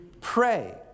pray